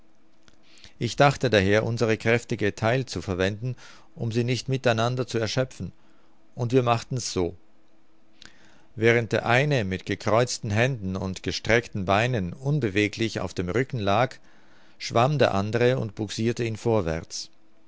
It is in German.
ich dachte daher unsere kräfte getheilt zu verwenden um sie nicht mit einander zu erschöpfen und wir machten's so während der eine mit gekreuzten händen und gestreckten beinen unbeweglich auf dem rücken lag schwamm der andere und bugsirte ihn vorwärts